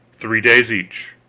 three days each,